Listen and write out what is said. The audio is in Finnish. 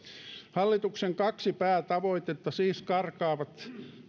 hallituksen kaksi päätavoitetta siis karkaavat